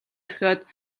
орхиод